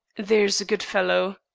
there's a good fellow.